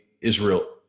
Israel